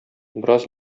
бераз